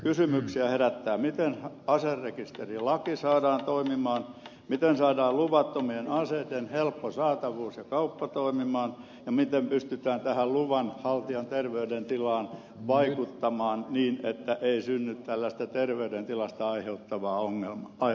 kysymyksiä herättää miten aserekisterilaki saadaan toimimaan miten saadaan luvattomien aseiden helppo saatavuus kuriin ja kauppa estetyksi ja miten pystytään tähän luvanhaltijan terveydentilaan vaikuttamaan niin että ei synny tällaista terveydentilasta aiheutuvaa ongelmaa